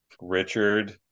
Richard